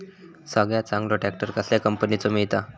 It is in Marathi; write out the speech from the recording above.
सगळ्यात चांगलो ट्रॅक्टर कसल्या कंपनीचो मिळता?